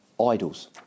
idols